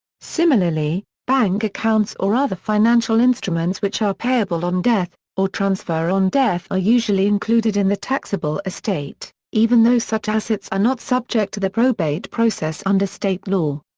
similarly, bank accounts or other financial instruments which are payable on death or transfer on death are usually included in the taxable estate, even though such assets are not subject to the probate process under state law.